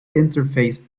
interface